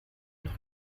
noch